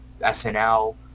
SNL